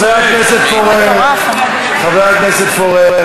חבר הכנסת פורר, חבר הכנסת פורר.